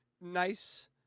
nice